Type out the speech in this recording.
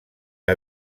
que